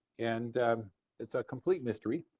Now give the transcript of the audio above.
and it's a complete mystery.